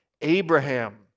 Abraham